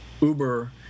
uber